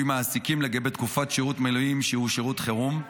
מעסיקים לגבי תקופת שירות מילואים שהוא שירות חירום).